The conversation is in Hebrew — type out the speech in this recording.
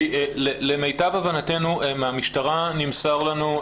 למיטב הבנתנו מהמשטרה נמסר לנו,